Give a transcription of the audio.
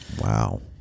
Wow